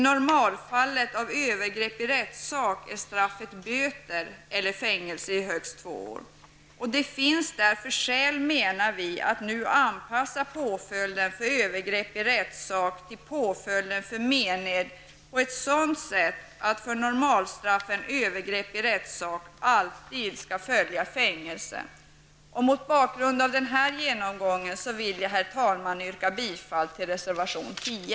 Straffet för övergrepp i rättssak är i normalfallet böter eller fängelse i högst två år. Det finns därför skäl, menar vi, att nu anpassa påföljden för övergrepp i rättssak till påföljden för mened på ett sådant sätt att normalstraffet för övergrepp i rättssak alltid skall vara fängelse. Mot bakgrund av denna genomgång vill jag, herr talman, yrka bifall till reservation 10.